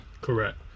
Correct